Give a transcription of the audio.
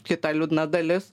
kita liūdna dalis